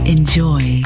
Enjoy